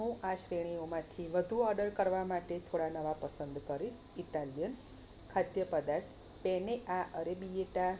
હું આ શ્રેણીઓમાંથી વધુ ઓર્ડર કરવા માટે થોડા નવા પસંદ કરીશ ઈટાલિયન ખાદ્ય પદાર્થ તેને આ અરબીએટા